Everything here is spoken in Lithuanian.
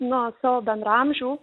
na savo bendraamžių